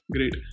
Great